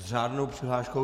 S řádnou přihláškou.